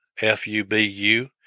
f-u-b-u